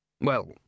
Well